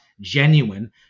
genuine